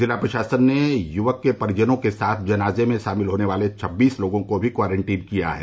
जिला प्रशासन ने युवक के परिजनों के साथ साथ जनाजे में शामिल होने वाले छब्बीस लोगों को भी क्वारंटीन किया है